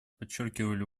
подчеркивали